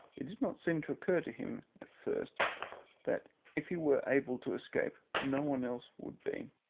it did not seem to occur to him first that if he were able to escape no one else would be,